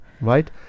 right